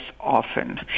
often